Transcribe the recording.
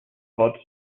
pod